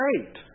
great